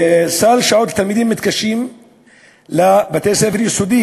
סל שעות לתלמידים מתקשים בבתי-הספר היסודיים,